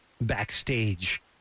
backstage